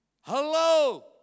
Hello